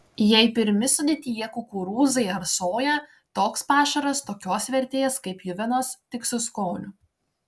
jei pirmi sudėtyje kukurūzai ar soja toks pašaras tokios vertės kaip pjuvenos tik su skoniu